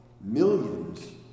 millions